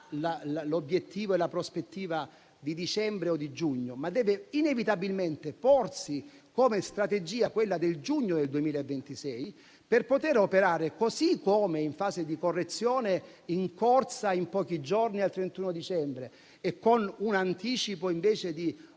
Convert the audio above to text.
l'obiettivo e la prospettiva di dicembre o di giugno, ma deve inevitabilmente porsi come strategia quella del giugno del 2026, per poter operare, così come in fase di correzione in corsa in pochi giorni al 31 dicembre e con un anticipo invece di